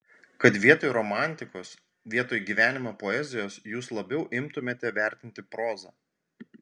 kad vietoj romantikos vietoj gyvenimo poezijos jūs labiau imtumėte vertinti prozą